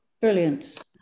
brilliant